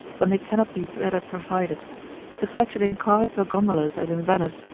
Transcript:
when they cannot be better provided to fetch it in carts or gondolas, as in venice,